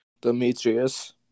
Demetrius